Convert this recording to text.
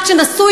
הרבה